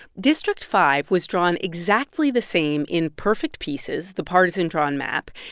district five was drawn exactly the same in perfect pieces, the partisan-drawn map,